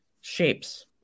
shapes